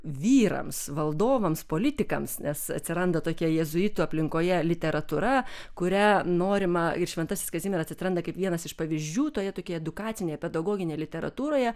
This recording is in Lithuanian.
vyrams valdovams politikams nes atsiranda tokia jėzuitų aplinkoje literatūra kurią norima ir šventasis kazimieras atranda kaip vienas iš pavyzdžių toje tokioje edukacinėje pedagoginėje literatūroje